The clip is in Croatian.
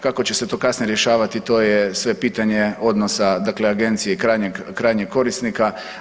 Kako će se to kasnije rješavati to je sve pitanje odnosa, dakle agencije i krajnjeg korisnika.